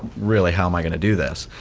really how am i gonna do this?